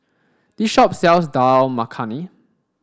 this shop sells Dal Makhani